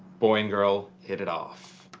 boy and girl hit it off.